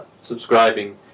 subscribing